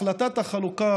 החלטת החלוקה